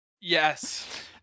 yes